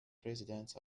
presidents